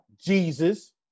Jesus